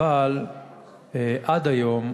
אבל עד היום,